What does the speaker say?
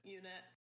unit